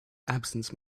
absence